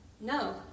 No